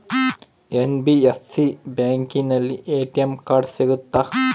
NBFC ಬ್ಯಾಂಕಿನಲ್ಲಿ ATM card ಸಿಗುತ್ತಾ?